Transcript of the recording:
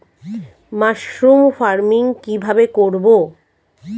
Mushroom farming কি ভাবে করব?